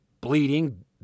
bleeding